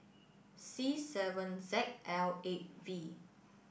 C seven Z L eight V